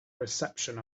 reception